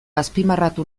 azpimarratu